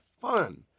fun